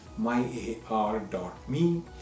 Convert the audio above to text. myar.me